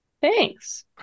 Thanks